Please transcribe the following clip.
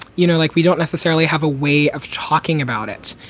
you know, like we don't necessarily have a way of talking about it.